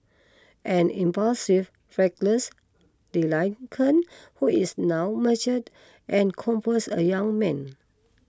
an impulsive reckless delinquent who is now matured and compose a young man